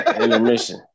Intermission